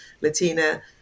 Latina